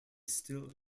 still